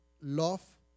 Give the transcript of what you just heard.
love